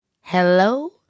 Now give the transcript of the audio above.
Hello